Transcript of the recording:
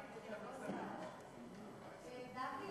חברות וחברים,